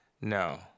No